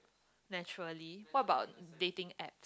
naturally what about dating app